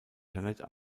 jeanette